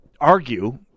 argue